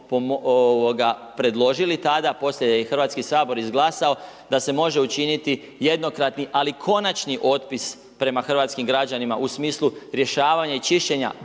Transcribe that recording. predložili tada, poslije je i Hrvatski sabor izglasao da se može učiniti jednokratni, ali konačni otpis prema hrvatskim građanima, u smislu rješavanja i čišćenja